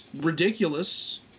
ridiculous